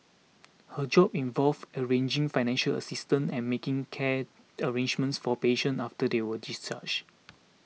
her job involves arranging financial assistance and making care arrangements for patients after they are discharged